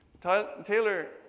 Taylor